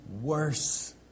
worse